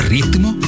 Ritmo